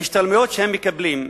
ההשתלמויות שהם מקבלים,